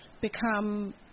become